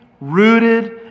rooted